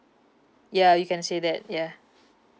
ya you can say that yeah